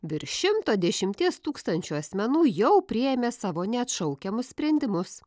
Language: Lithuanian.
virš šimto dešimies tūkstančių asmenų jau priėmė savo neatšaukiamus sprendimus